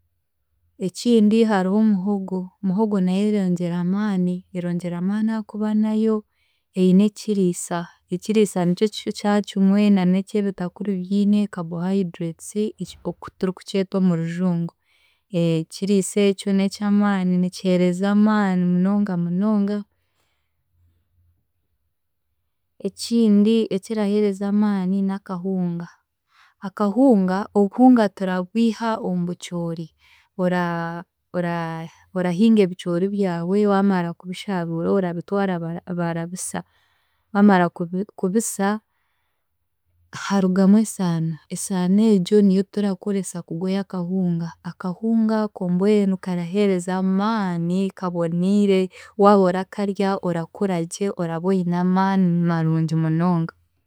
Ekindi hariho muhogo. Muhogo nayo erongyera amaani, erongyera amaani ahaakuba nayo eine ekiriisa, ekiriisa nikyo kya kimwe na n'eki ebitakuri biine carbohyrates eki- oku turikukyeta omu Rujungu. Ekiriisa ekyo n'eky'amaani nikiheereza amaani munonga munonga. Ekindi ekiraheereza amaani n'akahunga. Akahunga, obuhunga turabwiha omu bucoori ora- ora- orahinga ebicoori byawe waamara kubishaaruura orabitwara bara barabisa, baamara kubi kubisa harugamu esaano, esaano egyo niyo turakoresa kugoya akahunga. Akahunga ako mbwenu karaheereza amaani, kaboniire waaba orakarya orakuragye, oraba oine amaani marungi munonga.